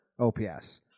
OPS